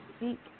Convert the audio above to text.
seek